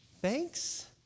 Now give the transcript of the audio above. Thanks